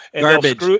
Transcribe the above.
garbage